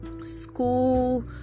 school